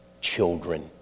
children